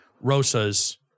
Rosas